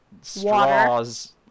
straws